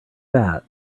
that